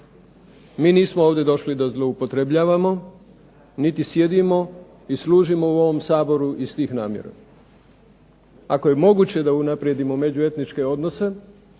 mi nismo ovdje došli da zloupotrebljavamo, niti sjedimo i služimo u ovom Saboru iz tih namjera. Ako je moguće da unaprijedimo međuetničke odnose